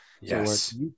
Yes